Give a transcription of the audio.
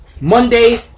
Monday